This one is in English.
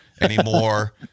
anymore